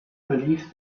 believed